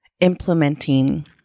implementing